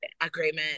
agreement